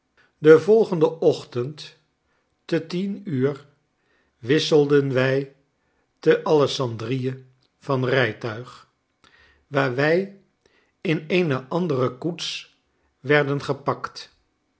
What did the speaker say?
den volgenden ochtend ten tien uur wisselden wij te alessandria van rijtuig waar wij in eene andere koets werden gepakt